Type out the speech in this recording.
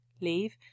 leave